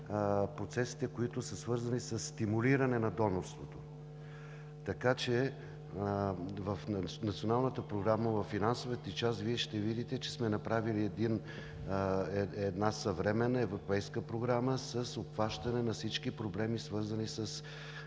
процесите, които са свързани със стимулиране на донорството. Във финансовата част на Националната програма, Вие ще видите, че сме направили една съвременна европейска програма с обхващане на всички проблеми, свързани с